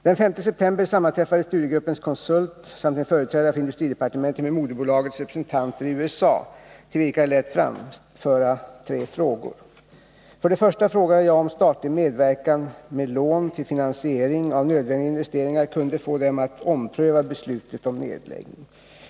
Den 5 september sammanträffade studiegruppens konsult samt en företrädare för industridepartementet med moderbolagets representanter i USA till vilka jag lät framföra tre frågor. För det första frågade jag om statlig medverkan med lån till finansiering av nödvändiga investeringar kunde få dem att ompröva beslutet om nedläggning.